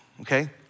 okay